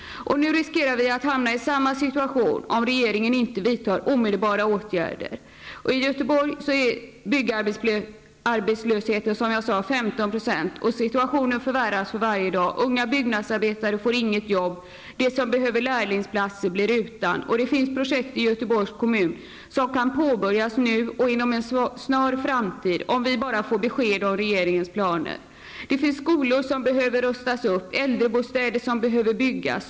Nu riskerar vi att hamna i samma situation om regeringen inte vidtar omedelbara åtgärder. I Göteborg är byggarbetslösheten alltså 15 % i dag, och situationen förvärras för varje dag. Unga byggnadsarbetare får inga jobb, och de som behöver lärlingsplatser blir utan. Det finns projekt i Göteborgs kommun som kan påbörjas nu och inom en snar framtid, om vi bara får besked om regeringens planer. Det finns skolor som behöver upprustas och äldrebostäder som behöver byggas.